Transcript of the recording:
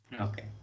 Okay